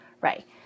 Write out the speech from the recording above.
right